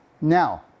Now